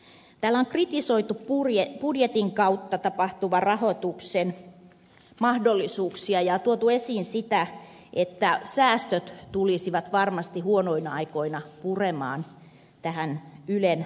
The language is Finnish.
täällä on kritisoitu budjetin kautta tapahtuvan rahoituksen mahdollisuuksia ja tuotu esiin sitä että säästöt tulisivat varmasti huonoina aikoina puremaan ylen rahoitukseen